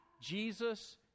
Jesus